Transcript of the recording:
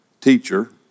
teacher